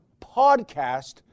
PODCAST